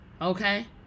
okay